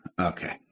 Okay